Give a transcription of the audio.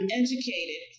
educated